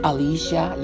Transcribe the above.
Alicia